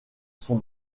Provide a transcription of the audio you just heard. son